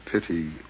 pity